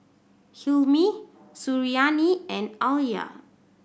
Hilmi Suriani and Alya